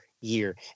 year